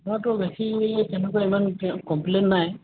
আমাৰতো গাখীৰ তেনেকুৱা ইমান কমপ্লেইন নাই